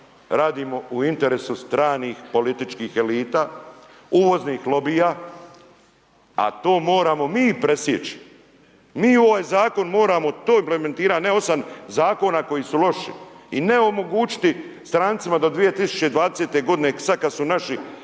Radimo u interesu stranih političkih elita, uvoznih lobija, a to moramo mi presjeći. Mi u ovaj zakon moramo to implementirati a ne 8 zakona koji su loši. I ne omogućiti strancima do 2020. godine, sada kada su naši